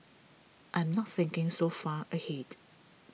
I'm not thinking so far ahead